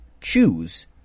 choose